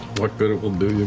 what good it will do